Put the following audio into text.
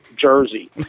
Jersey